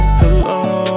hello